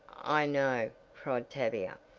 i know, cried tavia,